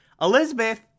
Elizabeth